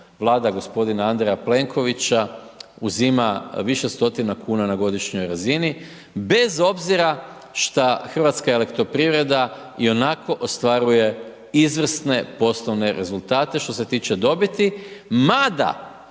vlada gospodina Andreja Plenkovića uzima više stotina kuna na godišnjoj razini, bez obzira što HEP ionako ostvaruje izvrsne poslove rezultate što se tiče dobiti. Mada